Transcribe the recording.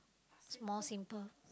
is more simple